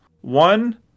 one